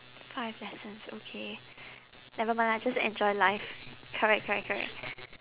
five lessons okay never mind lah just enjoy life correct correct correct